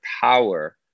power